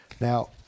now